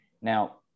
Now